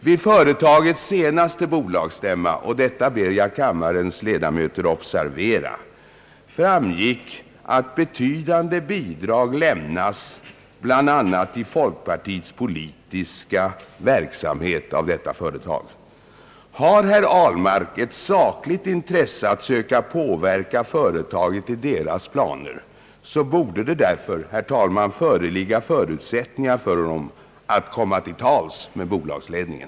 Vid företagets senaste bolagsstämma — och detta ber jag kammarens ledamöter observera — framgick att det företaget lämnar betydande bidrag bl.a. till folkpartiets politiska verksamhet. Har herr Ahlmark ett sakligt intresse att söka påverka företagets planer borde det därför, herr talman, finnas möjligheter för honom att komma till tals med bolagsledningen.